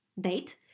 date